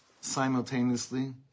simultaneously